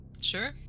Sure